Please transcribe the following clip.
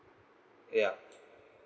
yeuh